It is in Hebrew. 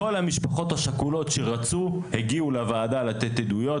כל המשפחות השכולות שרצו הגיעו לוועדה כדי לתת עדויות,